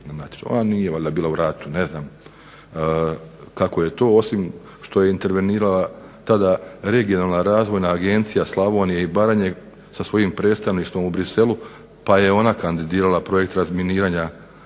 Ona nije valjda bila u ratu, ne znam kako je to osim što je intervenirala tada regionalna, razvojna agencija Slavonije i Baranje sa svojim predstavništvom u Bruxellesu pa je ona kandidirala projekt razminiranja